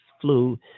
flu